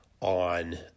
on